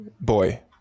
boy